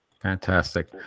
Fantastic